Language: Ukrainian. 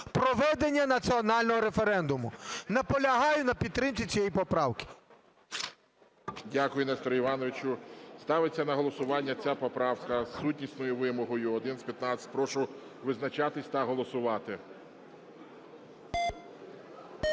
проведення національного референдуму. Наполягаю на підтримці цієї поправки. ГОЛОВУЮЧИЙ. Дякую, Несторе Івановичу. Ставиться на голосування ця поправка з сутнісною вимогою 1115. Прошу визначатись та голосувати.